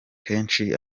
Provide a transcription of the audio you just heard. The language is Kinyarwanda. kenshi